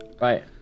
right